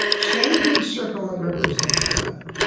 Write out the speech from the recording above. same big circle that represents god,